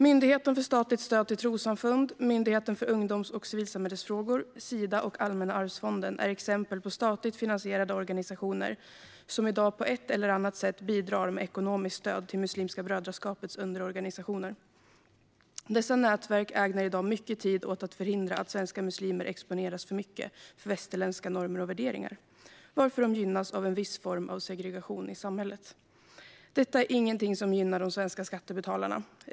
Myndigheten för statligt stöd till trossamfund, Myndigheten för ungdoms och civilsamhällesfrågor, Sida och Allmänna arvsfonden är exempel på statligt finansierade organisationer som i dag på ett eller annat sätt bidrar med ekonomiskt stöd till Muslimska brödraskapets underorganisationer. Dessa nätverk ägnar i dag mycket tid åt att förhindra att svenska muslimer exponeras för mycket för västerländska normer och värderingar, varför de gynnas av en viss form av segregation i samhället. Detta är ingenting som gynnar de svenska skattebetalarna.